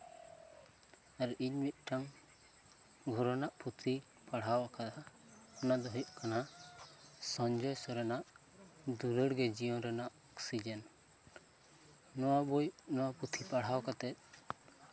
ᱟᱨ ᱢᱤᱫᱴᱟᱝ ᱫᱷᱚᱨᱚᱱᱟᱜ ᱯᱩᱛᱷᱤᱧ ᱯᱟᱲᱦᱟᱣ ᱠᱟᱫᱟ ᱚᱱᱟ ᱫᱚ ᱦᱩᱭᱩᱜ ᱠᱟᱱᱟ ᱥᱚᱧᱡᱚᱭ ᱥᱚᱨᱮᱱᱟᱜ ᱫᱩᱞᱟᱹᱲ ᱜᱮ ᱡᱩᱣᱟᱹᱱ ᱚᱠᱛᱚ ᱨᱮᱱᱟᱜ ᱚᱠᱥᱤᱡᱮᱱ ᱱᱚᱣᱟ ᱵᱳᱭ ᱱᱚᱣᱟ ᱯᱩᱛᱷᱤ ᱯᱟᱲᱦᱟᱣ ᱠᱟᱛᱮᱜ